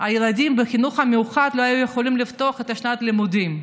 הילדים בחינוך המיוחד לא היו יכולים לפתוח את שנת הלימודים.